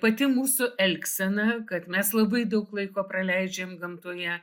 pati mūsų elgsena kad mes labai daug laiko praleidžiam gamtoje